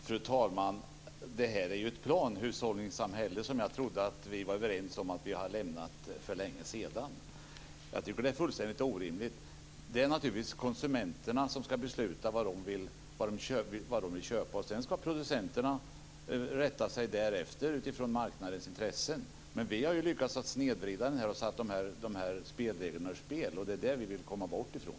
Fru talman! Det där är ett planhushållningssamhälle som jag trodde att vi var överens om att vi hade lämnat för länge sedan. Jag tycker att det är fullständigt orimligt. Det är naturligtvis konsumenterna som ska besluta vad de vill köpa, och sedan ska producenterna rätta sig därefter utifrån marknadens intressen. Men vi har lyckats snedvrida det här och satt spelreglerna ur spel. Det är det vi vill komma bort ifrån.